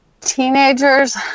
teenagers